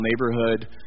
neighborhood